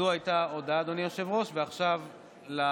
זו הייתה הודעה, אדוני היושב-ראש, ועכשיו להצבעה.